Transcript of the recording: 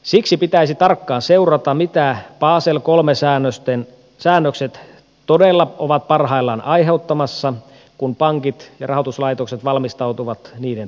siksi pitäisi tarkkaan seurata mitä basel iii säännökset todella ovat parhaillaan aiheuttamassa kun pankit ja rahoituslaitokset valmistautuvat niiden tuloon